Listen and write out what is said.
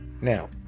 Now